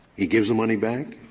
he gives the money back?